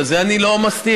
ואת זה אני לא מסתיר,